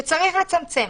צריך לצמצם.